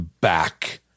back